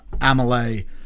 Amelie